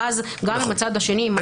ואז גם אם הצד השני עם מסכה,